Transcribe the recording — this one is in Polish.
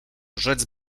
rzec